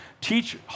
teach